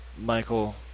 Michael